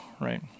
right